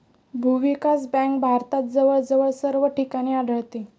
भूविकास बँक भारतात जवळजवळ सर्व ठिकाणी आढळते